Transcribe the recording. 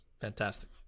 Fantastic